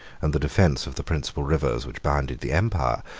and the defence of the principal rivers which bounded the empire,